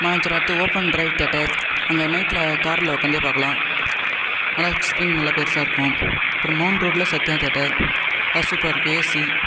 மாயாஜால் அது open drive theatre அங்கே நைட்டில் காரில் உட்காந்தே பார்க்கலாம் நல்லா ஸ்க்ரீன் நல்லா பெருசாருக்கும் அப்புறம் மவுண்ட் ரோட்டில் சத்யா தேட்டர் அது சூப்பராருக்கும் ஏசி